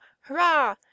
hurrah